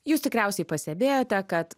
jūs tikriausiai pastebėjote kad